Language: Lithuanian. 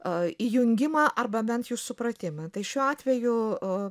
a įjungimą arba bent jau supratimą tai šiuo atveju a